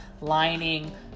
lining